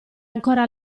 ancora